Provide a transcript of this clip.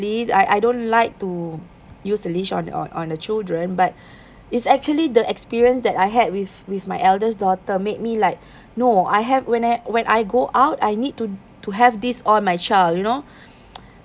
I I don't like to use the leash on on on the children but it's actually the experience that I had with with my eldest daughter made me like no I have when I when I go out I need to to have this on my child you know